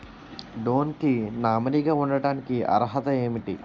Loan కి nominee గా ఉండటానికి అర్హత ఏమిటి?